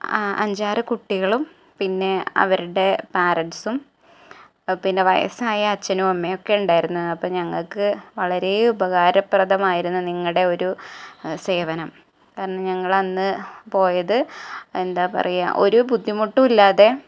അഞ്ചാറ് കുട്ടികളും പിന്നെ അവരുടെ പാരന്സും പിന്നെ വയസ്സായ അച്ഛനും അമ്മയൊക്കെ ഉണ്ടായിരുന്നു അപ്പോള് ഞങ്ങള്ക്ക് വളരേ ഉപകാരപ്രദമായിരുന്നു നിങ്ങളുടെ ഒരു സേവനം പറഞ്ഞ് ഞങ്ങള് അന്ന് പോയത് എന്താപറയാ ഒരു ബുദ്ധിമുട്ടും ഇല്ലാതെ